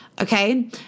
okay